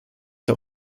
der